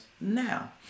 now